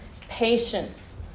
Patience